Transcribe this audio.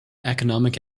economic